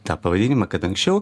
tą pavadinimą kad anksčiau